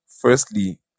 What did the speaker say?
firstly